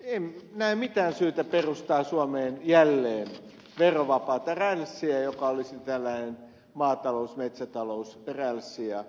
en näe mitään syytä perustaa suomeen jälleen verovapaata rälssiä joka olisi tällainen maatalous metsätalousrälssi ja